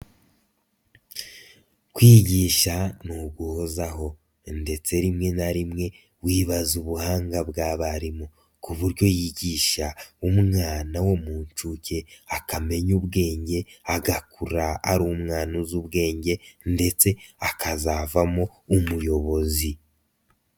Kwigisha ni uguhozaho, ndetse rimwe na rimwe wibaza ubuhanga bw'abarimu, ku buryo yigisha umwana wo mu nshuke akamenya ubwenge agakura ari umwana uzi ubwenge ndetse akazavamo umuyobozi.